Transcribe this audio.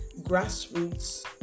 Grassroots